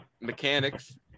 mechanics